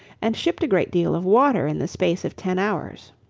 and shipped a great deal of water in the space of ten hours.